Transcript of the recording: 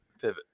pivot